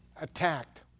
attacked